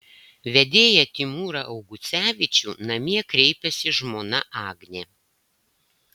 vedėją timūrą augucevičių namie kreipiasi žmona agnė